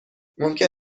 ممکن